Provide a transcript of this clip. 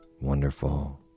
wonderful